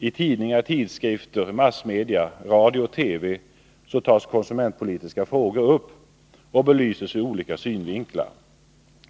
I tidningar, tidskrifter, radio, TV och andra massmedia tas konsumentpolitiska frågor upp och belyses ur olika synvinklar.